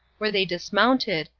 where they dismounted,